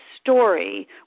story